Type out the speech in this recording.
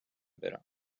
برم